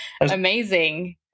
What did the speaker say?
amazing